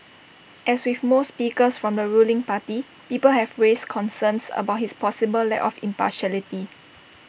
as with most speakers from the ruling party people have raised concerns about his possible lack of impartiality